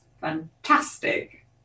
Fantastic